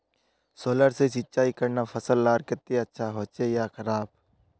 Solar से सिंचाई करना फसल लार केते अच्छा होचे या खराब?